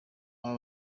aba